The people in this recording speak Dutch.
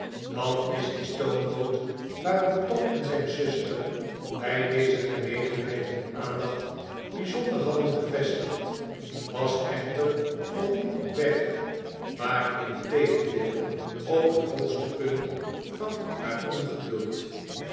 dat is die stoomboot waarop tom en zijn zus'ter bij deze gelegenheid hun aandacht bijzonder hadden gevestigd was echter nog niet op weg maar integendeel op het hoogste punt van haar ongeduld